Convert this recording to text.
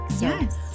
yes